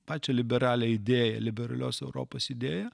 pačią liberalią idėją liberalios europos idėją